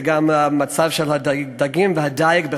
זה גם המצב של הדגים והדיג בכלל,